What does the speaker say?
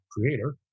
creator